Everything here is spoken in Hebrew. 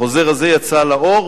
החוזר הזה יצא לאור